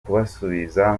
kubasubiza